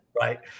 Right